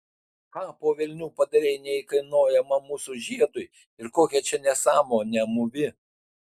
ką po velnių padarei neįkainojamam mūsų žiedui ir kokią čia nesąmonę mūvi